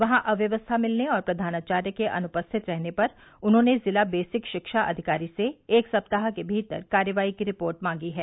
वहां अव्यवस्था मिलने और प्रधानाचार्य के अनुपस्थित रहने पर उन्होंने जिला बेसिक शिक्षा अधिकारी से एक सप्ताह के भीतर कार्रवाई की रिपोर्ट मांगी है